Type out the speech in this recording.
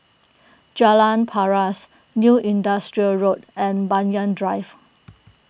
Jalan Paras New Industrial Road and Banyan Drive